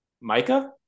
Micah